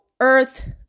earth